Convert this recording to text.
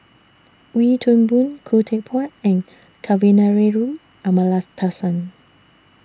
Wee Toon Boon Khoo Teck Puat and Kavignareru Amallathasan